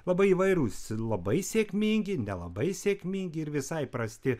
labai įvairūs labai sėkmingi nelabai sėkmingi ir visai prasti